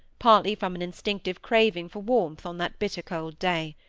partly from an instinctive craving for warmth on that bitter cold day.